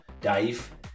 Dave